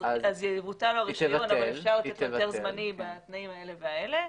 יבוטל הרישיון אבל אפשר לתת היתר זמני בתנאים האלה והאלה.